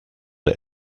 der